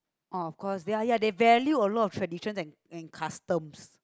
oh cause ya they are value a lot of tradition and and customs